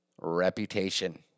reputation